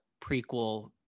prequel